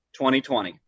2020